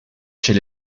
chez